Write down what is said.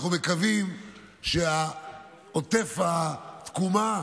אנחנו מקווים שחבל התקומה,